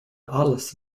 alls